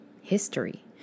history